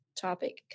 topic